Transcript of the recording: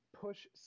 push